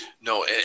no